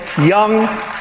young